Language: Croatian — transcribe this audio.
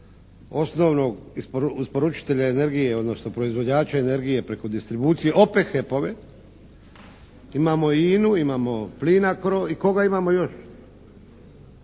osnovnog isporučitelja energije odnosno proizvođača energije preko distribucije. Opet HEP-ove, imamo i INA-u, imamo PLINACRO i koga imamo još?